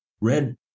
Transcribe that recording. Red